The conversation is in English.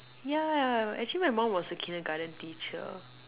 yeah actually my mum was a Kindergarten teacher